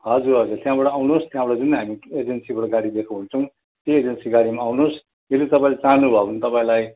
हजुर हजुर त्यहाँबाट आउनुहोस् त्यहाँबाट जुन हामी एजेन्सीबाट गाडी दिएको हुन्छौँ त्यही एजेन्सी गाडीमा आउनुहोस् यदि तपाईँले चाहानु भयो भने तपाईँलाई